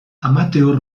amateur